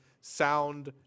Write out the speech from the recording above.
sound